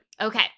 Okay